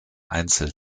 einzel